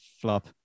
flop